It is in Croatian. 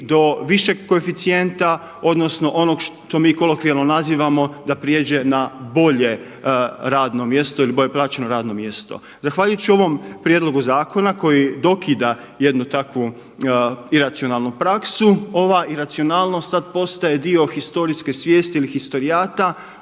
do višeg koeficijenta odnosno onog što mi kolokvijalno nazivamo da prijeđe na bolje radno mjesto ili bolje plaćeno radno mjesto. Zahvaljujući ovom prijedlogu zakona koji dokida jednu takvu iracionalnu praksu, ova iracionalnost sada postaje dio historijske svijesti ili historijata,